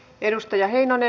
edustaja heinonen